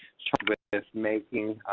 charged with making,